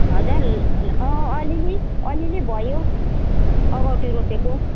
हजुर अँ अलिअलि अलिअलि भयो अगौटे रोपेको